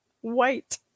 white